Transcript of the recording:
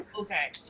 Okay